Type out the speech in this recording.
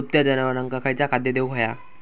दुभत्या जनावरांका खयचा खाद्य देऊक व्हया?